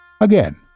Again